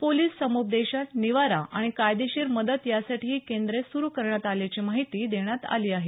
police समुपदेशन निवारा आणि कायदेशीर मदत यासाठी ही केंद्रे सुरू करण्यात आल्याची माहिती देण्यात आली आहे